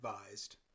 advised